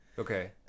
Okay